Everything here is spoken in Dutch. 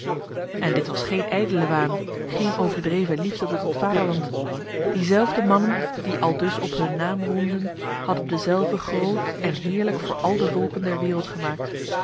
en dit was geen ijdele waan geen overdreven liefde tot het vaderland diezelfde mannen die aldus op hun naam roemden hadden dezelve groot en heerlijk voor al de volken der wereld gemaakt